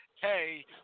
hey